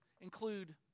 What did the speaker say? include